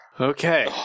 Okay